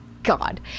god